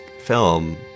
film